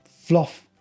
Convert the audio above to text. fluff